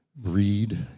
Read